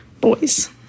boys